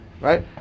Right